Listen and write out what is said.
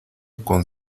con